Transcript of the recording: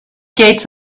gates